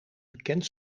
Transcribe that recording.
bekend